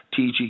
TG